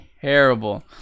terrible